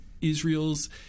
Israel's